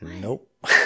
Nope